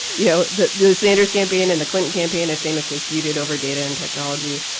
you know, the the sanders campaign and the clinton campaign have famously feuded over data and technology.